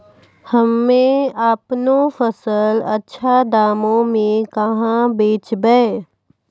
हम्मे आपनौ फसल अच्छा दामों मे कहाँ बेचबै?